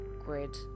grid